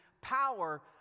power